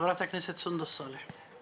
חברת הכנסת סונדוס סאלח.